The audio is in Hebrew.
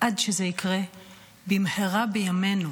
עד שזה יקרה במהרה בימינו,